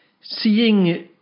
seeing